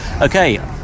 Okay